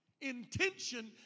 Intention